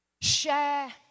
share